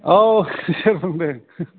औ सोर बुंदों